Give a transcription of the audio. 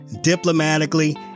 diplomatically